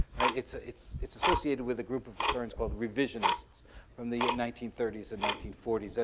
and it's ah it's it's associated with a group of historians called revisionists from the nineteen thirty s and nineteen forty so